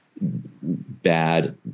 bad